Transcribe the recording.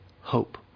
hope